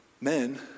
Men